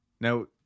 now